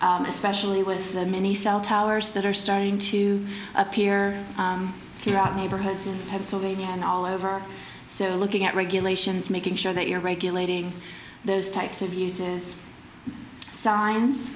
areas especially with the many cell towers that are starting to appear throughout neighborhoods in pennsylvania and all over so looking at regulations making sure that you're regulating those types of uses signs